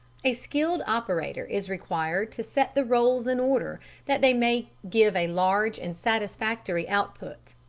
a skilled operator is required to set the rolls in order that they may give a large and satisfactory output.